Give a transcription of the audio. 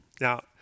Now